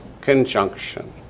conjunction